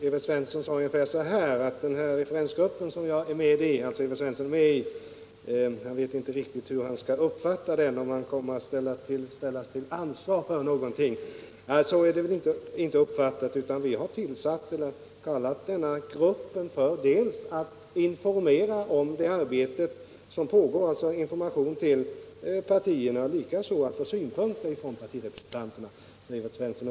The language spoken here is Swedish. Evert Svensson sade; beträffande den referensgrupp som han är med i, att han inte riktigt vet hur han skall uppfatta sin roll, om han kommer att ställas till ansvar för någonting. Det är inte avsikten, utan vi har kallat denna grupp för att dels informera om det arbete som pågår — alltså information till partierna —, dels få synpunkter från partirepresentanterna. Uppfatta det alltså så, Evert Svensson.